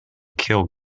kill